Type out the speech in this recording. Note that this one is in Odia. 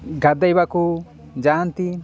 ଗାଧୋଇବାକୁ ଯାଆନ୍ତି